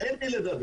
אין עם מי לדבר.